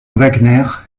wagner